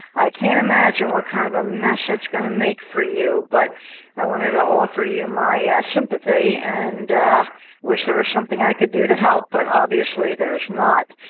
i can't imagine what kind of a mess it's going to make for you, but i wanted to offer you my ah sympathy and wish there was something i could do to help, but obviously there's not.